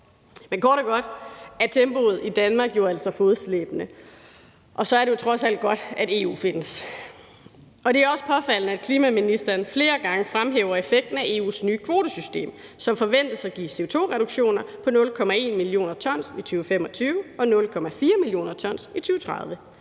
Kort og godt er tempoet i Danmark jo altså fodslæbende, og så er det jo trods alt godt, at EU findes. Det er også påfaldende, at klimaministeren flere gange fremhæver effekten af EU's nye kvotesystem, som forventes at give CO2-reduktioner på 0,1 mio. t i 2025 og 0,4 mio. t i 2030.